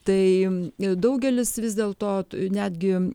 tai daugelis vis dėlto netgi